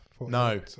no